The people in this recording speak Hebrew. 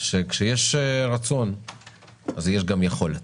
שכאשר יש רצון אז יש גם יכולת.